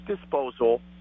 disposal –